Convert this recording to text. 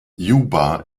juba